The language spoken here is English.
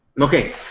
Okay